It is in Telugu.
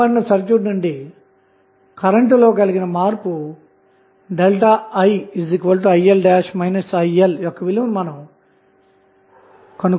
ఇవ్వబడిన సర్క్యూట్ నుండి కరెంటు లో కలిగిన మార్పు ΔI IL IL విలువను మనం లెక్కించాము